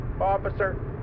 officer